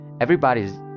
everybody's